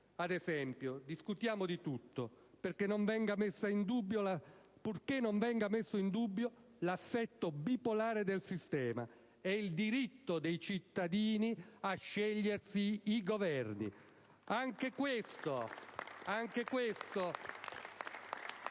ad esempio, discutiamo di tutto, purché non venga messo in dubbio l'assetto bipolare del sistema e il diritto dei cittadini a scegliersi i Governi.